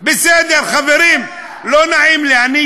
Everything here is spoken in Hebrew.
אתה לא יודע.